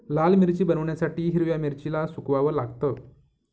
लाल मिरची बनवण्यासाठी हिरव्या मिरचीला सुकवाव लागतं